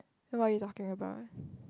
then what are you talking about